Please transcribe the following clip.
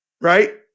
Right